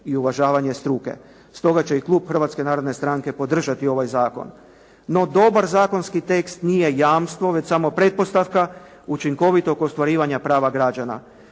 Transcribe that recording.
i uvažavanje struke. Stoga će i klub Hrvatske narodne stranke podržati ovaj zakon, no dobar zakonski tekst nije jamstvo, već samo pretpostavka učinkovitog ostvarivanja prava građana,